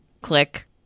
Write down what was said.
Click